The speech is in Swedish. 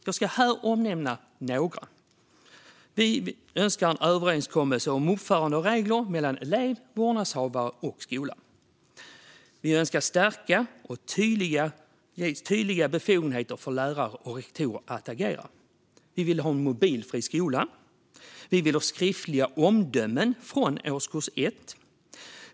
Jag ska här omnämna några. Vi önskar en överenskommelse om uppföranderegler mellan elev, vårdnadshavare och skola. Vi önskar stärkta och tydliga befogenheter för lärare och rektorer att agera. Vi vill ha en mobilfri skola. Vi vill ha skriftliga omdömen från årskurs 1.